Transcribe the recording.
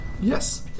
Yes